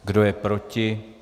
Kdo je proti?